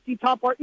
top